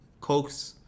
Coke's